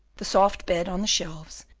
the soft bed on the shelves,